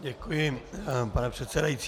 Děkuji, pane předsedající.